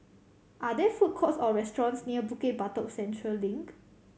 are there food courts or restaurants near Bukit Batok Central Link